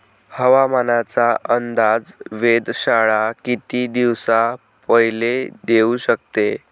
हवामानाचा अंदाज वेधशाळा किती दिवसा पयले देऊ शकते?